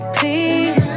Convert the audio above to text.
Please